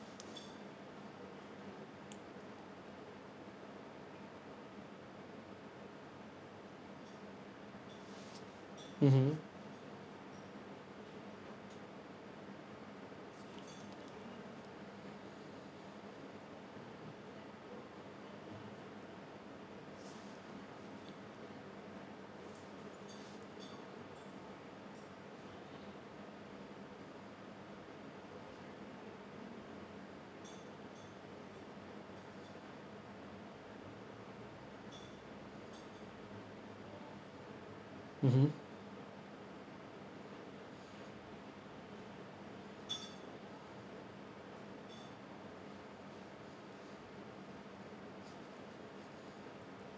mmhmm mmhmm